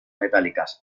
metálicas